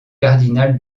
cardinal